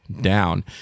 down